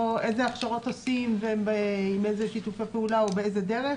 הכשרות עושים ועם איזה שיתופי פעולה ובאיזו דרך?